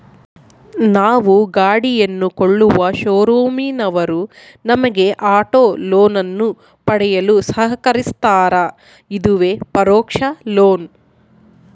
ನಾವು ಗಾಡಿಯನ್ನು ಕೊಳ್ಳುವ ಶೋರೂಮಿನವರು ನಮಗೆ ಆಟೋ ಲೋನನ್ನು ಪಡೆಯಲು ಸಹಕರಿಸ್ತಾರ, ಇದುವೇ ಪರೋಕ್ಷ ಲೋನ್